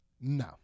No